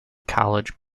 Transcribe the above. college